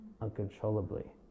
uncontrollably